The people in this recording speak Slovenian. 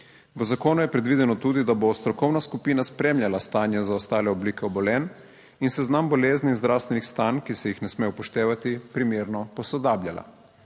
V zakonu je predvideno tudi, da bo strokovna skupina spremljala stanje za ostale oblike obolenj in seznam bolezni in zdravstvenih stanj, ki se jih ne sme upoštevati, primerno posodabljala.